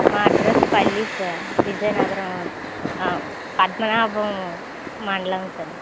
మా అడ్రస్ పల్లీ సార్ విజయనగరం ఆ పద్మనాభం మండలం సార్